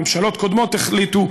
ממשלות קודמות החליטו,